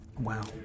Wow